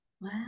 Wow